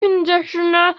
conditioner